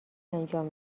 انجام